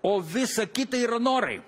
o visa kita yra norai